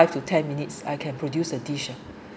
five to ten minutes I can produce a dish ah